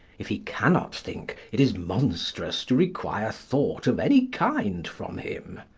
if he cannot think, it is monstrous to require thought of any kind from him.